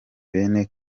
bene